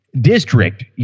district